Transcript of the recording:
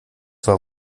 war